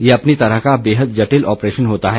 ये अपनी तरह का बेहद जटिल ऑपरेशन होता है